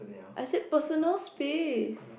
I said personal space